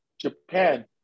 Japan